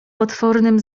potwornym